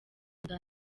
nda